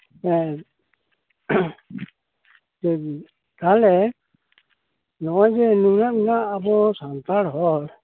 ᱦᱮᱸ ᱦᱮᱸ ᱛᱟᱦᱚᱞᱮ ᱱᱚᱜᱼᱚᱭ ᱡᱮ ᱱᱩᱱᱟᱹᱜ ᱜᱟᱱ ᱟᱵᱚ ᱥᱟᱱᱛᱟᱲ ᱦᱚᱲ